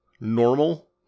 normal